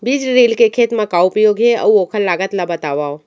बीज ड्रिल के खेत मा का उपयोग हे, अऊ ओखर लागत ला बतावव?